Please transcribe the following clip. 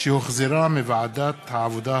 שהחזירה ועדת העבודה,